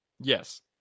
yes